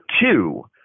two